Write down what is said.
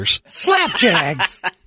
Slapjags